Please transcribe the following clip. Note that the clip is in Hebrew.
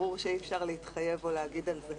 ברור שאי-אפשר להתחייב או להגיד על זה.